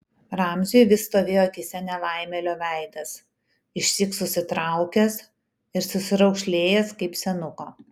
ramziui vis stovėjo akyse nelaimėlio veidas išsyk susitraukęs ir susiraukšlėjęs kaip senuko